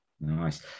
nice